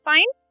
Fine